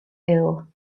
ill